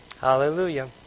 hallelujah